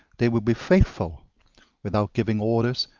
they will be faithful without giving orders,